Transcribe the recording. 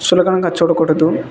చులకనగా చూడకూడదు